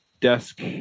desk